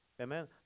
amen